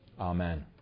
Amen